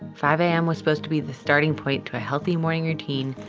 five a m. was supposed to be the starting point to a healthy morning routine,